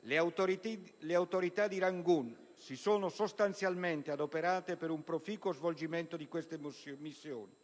Le autorità di Rangoon si sono sostanzialmente adoperate per un proficuo svolgimento di queste missioni,